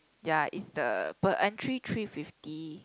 ya it's the per entry three fifty